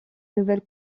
nouvelle